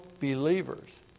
believers